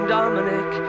Dominic